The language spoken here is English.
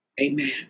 Amen